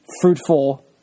fruitful